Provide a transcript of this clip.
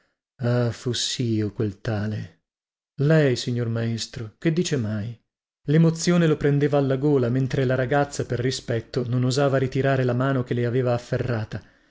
ah fossio quel tale lei signor maestro che dice mai lemozione lo prendeva alla gola mentre la ragazza per rispetto non osava ritirare la mano che le aveva afferrata